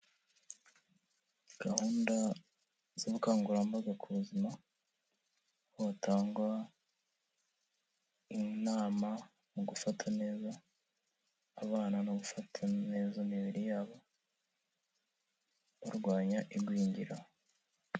Gahunda z'ubukangurambaga ku buzima, aho hatangwa inama mu gufata neza abana no gufata neza imibiri yabo, barwanya igwingiro.